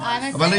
אבל,